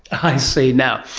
i see. now,